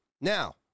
Now